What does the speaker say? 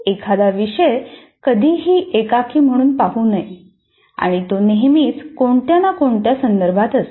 एखादा विषय कधीही एकाकी म्हणून पाहू नये आणि तो नेहमीच कोणत्या ना कोणत्या संदर्भात असतो